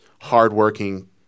hardworking